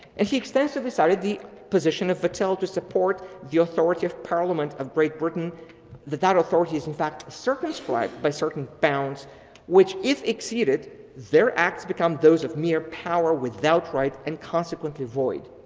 and he extensively cited the position of vattel to support the authority of parliament of great britain that that authority is in fact circumscribed by certain balance which if exceeded their acts become those of mere power without right and consequently void.